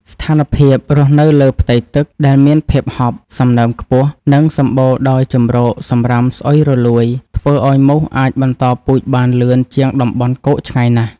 ស្ថានភាពរស់នៅលើផ្ទៃទឹកដែលមានភាពហប់ សំណើមខ្ពស់ និងសម្បូរដោយជម្រកសម្រាមស្អុយរលួយ ធ្វើឱ្យមូសអាចបន្តពូជបានលឿនជាងតំបន់គោកឆ្ងាយណាស់។